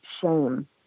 shame